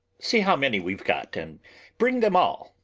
see how many we've got and bring them all.